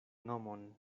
nomon